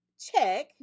Check